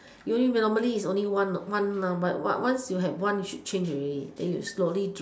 you normally it's only one ah but once you have one you should change already then you slowly